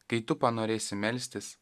kai tu panorėsi melstis